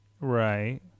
right